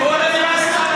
הכול היה בסדר.